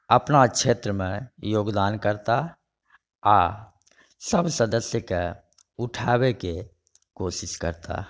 अपना क्षेत्रमे योगदान करताह आ सभ सदस्यकेँ उठावैके कोशिश करताह